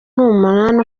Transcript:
n’umunani